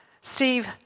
Steve